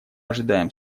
ожидаем